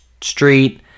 Street